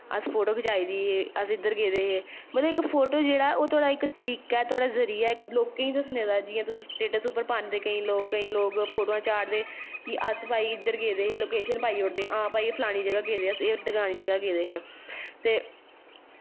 असें फोटो खचाई दी अस इध्दर गेदे हे मतलव इक फोटो जेह्ड़ा ऐ ओह् इक तरीका ऐ इक लोकें गी दस्सनें दा जियां तुस स्टेटस उप्पर पांदे केईं लोग फोटोआं चाढ़दे कि अस भाई इद्धर गेदे हे फलानी लोकेशन पाई ओड़दे फलानी जगाह् गेदे हे ते